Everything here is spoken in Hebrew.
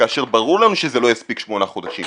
כאשר ברור לנו שזה לא יספיק שמונה חודשים.